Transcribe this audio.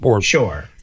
sure